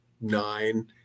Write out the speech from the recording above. nine